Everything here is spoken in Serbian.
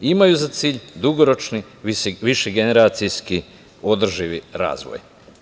Imaju za cilj dugoročni više generacijski održivi razvoj.